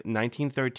1913